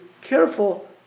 careful